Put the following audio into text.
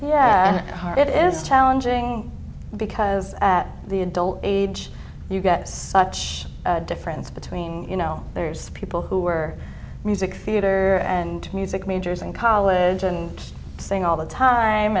hard it is challenging because at the adult age you get such a difference between you know there's people who are music theater and music majors and college and saying all the time